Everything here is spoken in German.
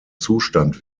zustand